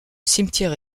cimetière